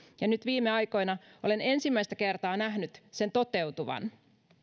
ja nyt viime aikoina olen ensimmäistä kertaa nähnyt sen toteutuvan